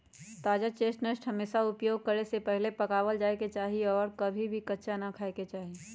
ताजा चेस्टनट हमेशा उपयोग करे से पहले पकावल जाये के चाहि और कभी भी कच्चा ना खाय के चाहि